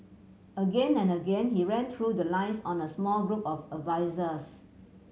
again and again he ran through the lines on a small group of advisers